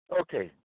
Okay